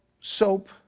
soap